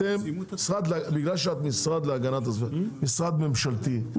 אתם בגלל שאת משרד להגנת הסביבה משרד ממשלתי,